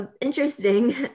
interesting